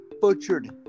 butchered